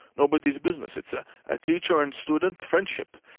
nobody's business. it's ah a teacher and student friendship.